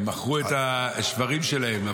הם מכרו את השוורים שלהם.